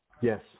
Yes